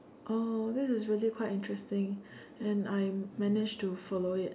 oh this is really quite interesting and I managed to follow it